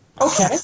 Okay